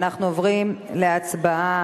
אנחנו עוברים להצבעה.